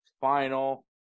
Final